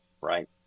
Right